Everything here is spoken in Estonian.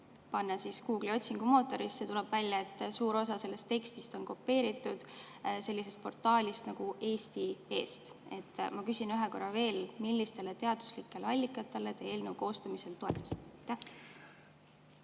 seletuskiri Google'i otsingumootorisse, siis tuleb välja, et suur osa sellest tekstist on kopeeritud sellisest portaalist nagu Eesti Eest! Ma küsin ühe korra veel: millistele teaduslikele allikatele te eelnõu koostamisel toetusite?